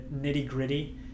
nitty-gritty